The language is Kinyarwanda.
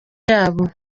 yabo